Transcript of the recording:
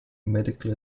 medical